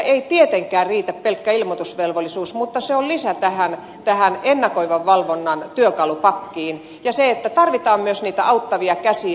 ei tietenkään riitä pelkkä ilmoitusvelvollisuus mutta se on lisä tähän ennakoivan valvonnan työkalupakkiin ja tarvitaan myös niitä auttavia käsiä